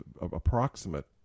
approximate